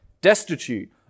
destitute